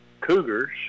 Cougars